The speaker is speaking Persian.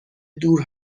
دور